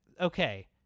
Okay